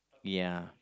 ya